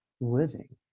living